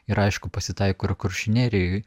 ir aišku pasitaiko ir kuršių nerijoje